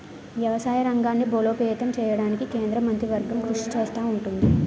వ్యవసాయ రంగాన్ని బలోపేతం చేయడానికి కేంద్ర మంత్రివర్గం కృషి చేస్తా ఉంటది